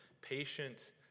patient